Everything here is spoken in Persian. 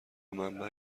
منبع